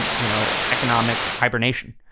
you know, economic hibernation.